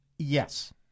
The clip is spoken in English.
Yes